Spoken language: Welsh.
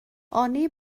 oni